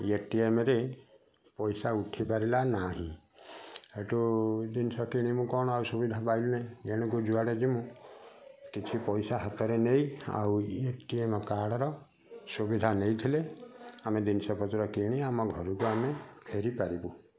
ଏଟିଏମ୍ରେ ପଇସା ଉଠିପାରିଲା ନାହିଁ ହେଇଠୁ ଜିନିଷ କିଣିବୁ କ'ଣ ଆଉ ସୁବିଧା ପାଇଲୁ ନାହିଁ ଏଣୁକୁ ଯୁଆଡ଼େ ଯିମୁଁ କିଛି ପଇସା ହାତରେ ନେଇ ଆଉ ଏ ଟି ଏମ୍ କାର୍ଡ଼୍ର ସୁବିଧା ନେଇଥିଲେ ଆମେ ଜିନିଷ ପତ୍ର କିଣି ଆମ ଘରକୁ ଆମେ ଫେରିପାରିବୁ